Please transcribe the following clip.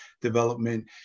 development